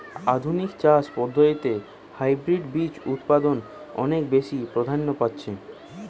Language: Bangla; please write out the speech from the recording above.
আধুনিক চাষ পদ্ধতিতে হাইব্রিড বীজ উৎপাদন অনেক বেশী প্রাধান্য পাচ্ছে